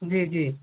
जी जी